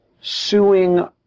suing